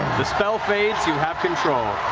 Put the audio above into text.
the spell fades, you have control.